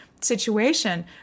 situation